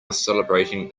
celebrating